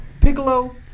Piccolo